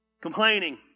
Complaining